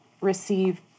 receive